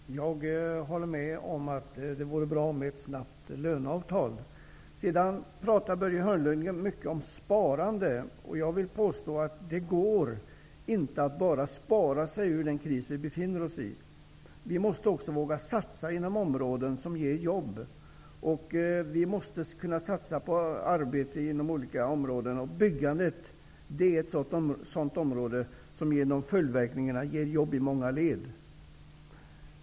Fru talman! Jag håller med om att det vore bra med ett snabbt löneavtal. Börje Hörnlund pratade mycket om sparande. Jag vill påstå att det inte går att bara spara sig ur den kris vi befinner oss i. Vi måste också våga satsa inom områden som ger jobb. Vi måste kunna satsa på arbete inom olika områden. Byggandet är ett sådant område som genom följdverkningar ger jobb i många led.